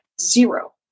zero